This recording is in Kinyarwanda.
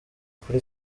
kuri